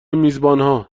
میزبانها